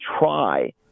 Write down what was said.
try